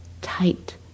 tight